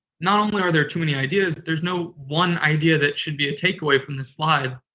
not only are there too many ideas, there's no one idea that should be a takeaway from this slide.